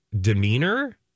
demeanor